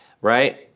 Right